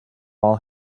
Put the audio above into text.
all